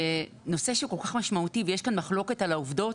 זה נושא שהוא כל כך משמעותי ויש כאן מחלוקת על העובדות.